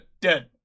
Dead